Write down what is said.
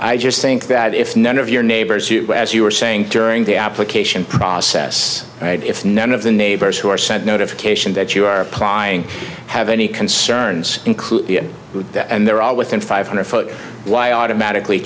i just think that if none of your neighbors as you were saying during the application process and if none of the neighbors who are said notification that you are applying have any concerns include that and they're all within five hundred foot why automatically